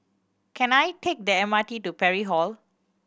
can I take the M R T to Parry Hall